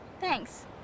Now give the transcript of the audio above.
Thanks